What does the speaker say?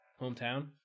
hometown